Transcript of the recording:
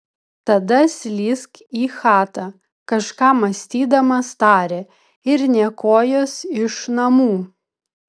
tada slysk į chatą kažką mąstydamas tarė ir nė kojos iš namų